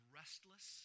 restless